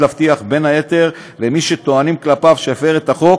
להבטיח בין היתר למי שטוענים כלפיו שהפר את החוק